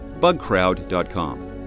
bugcrowd.com